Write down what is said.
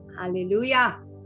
Hallelujah